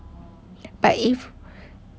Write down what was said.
but if